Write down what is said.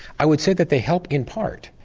i would say that they help in part,